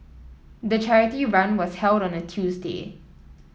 the charity run was held on a Tuesday